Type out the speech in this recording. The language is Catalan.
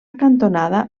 cantonada